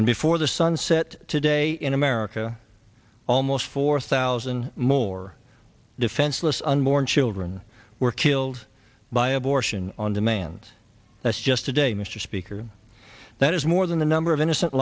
and before the sun set today in america almost four thousand more defenseless unborn children were killed by abortion on demand that's just today mr speaker that is more than the number of innocent